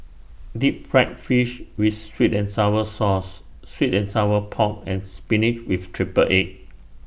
Deep Fried Fish with Sweet and Sour Sauce Sweet and Sour Pork and Spinach with Triple Egg